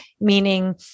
meaning